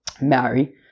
marry